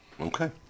Okay